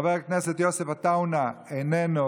חבר הכנסת יוסף עטאונה איננו,